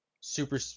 super